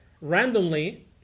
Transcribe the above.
randomly